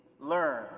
learn